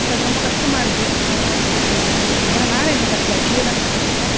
அது ரொம்ப கஷ்டமாக இருக்குது அதனால் சரி எடுத்திடலான்ட்டு ஏன்னா மேலே இன்னும் கட்டல கீழேதான் கட்டிகிட்ருக்கோம்